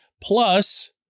Plus